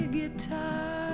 Guitar